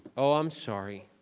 ah i'm sorry.